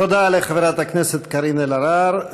תודה לחברת הכנסת קארין אלהרר.